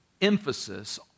emphasis